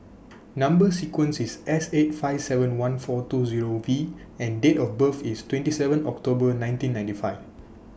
Number sequence IS S eight five seven one four two Zero V and Date of birth IS twenty seven October nineteen ninety five